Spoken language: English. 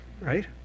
right